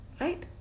Right